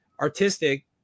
artistic